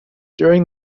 during